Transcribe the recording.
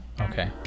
Okay